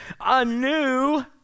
anew